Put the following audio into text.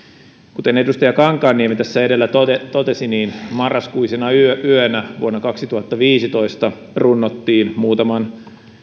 kuten edustaja kankaanniemi tässä edellä totesi niin marraskuisena yönä vuonna kaksituhattaviisitoista runnottiin muutaman